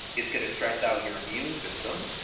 it's going to stress out your immune system,